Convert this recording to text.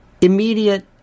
immediate